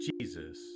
Jesus